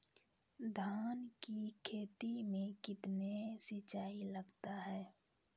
धान की खेती मे कितने सिंचाई लगता है?